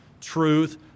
truth